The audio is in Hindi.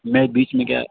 नई बीच में क्या